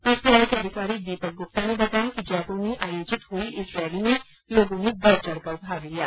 PCRA के अधिकारी दीपक ग्रप्ता ने बताया कि जयपुर में आयोजित हुई इस रैली में लोगों ने बढ़ चढ़कर भाग लिया